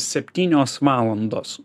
septynios valandos